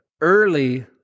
early